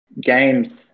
games